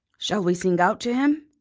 shall we sing out to him?